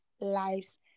lives